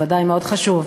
בוודאי, מאוד חשוב.